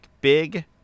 big